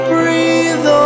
Breathe